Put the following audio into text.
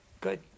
Good